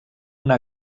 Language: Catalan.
una